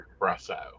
espresso